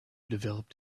developed